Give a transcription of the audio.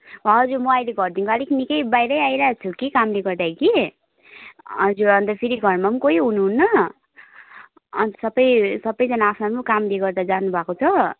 हजुर म अहिले घरदेखिन्को आलिक निकै बाहिरै आइरहेको छु कि कामले गर्दा कि हजुर अन्त फेरि घरमा पनि कोही हुनुहुन्न अन्त सबै सबैजना आफ्नो आफ्नो कामले गर्दा जानुभएको छ